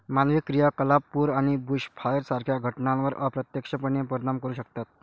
मानवी क्रियाकलाप पूर आणि बुशफायर सारख्या घटनांवर अप्रत्यक्षपणे परिणाम करू शकतात